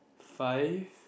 five